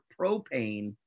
propane